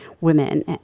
women